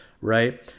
right